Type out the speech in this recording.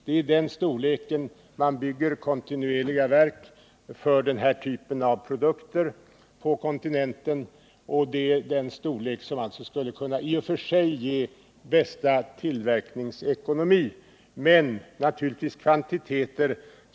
Det är den storlek man på kontinenten bygger kontinuerliga verk för denna typ av produkter i, och det är den storlek som i och för sig skulle ge den bästa tillverkningsekonomin men för stor produktionskvantitet.